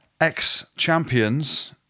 ex-champions